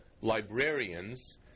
librarians